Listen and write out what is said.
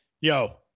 yo